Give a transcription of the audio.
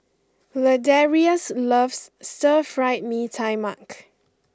Ladarius loves Stir Fried Mee Tai Mak